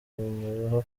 kumureba